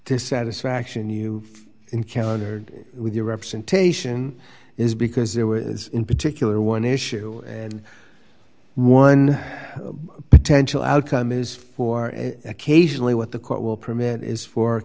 dissatisfaction you encountered with your representation is because there were is in particular one issue and one potential outcome is four and occasionally what the court will permit is for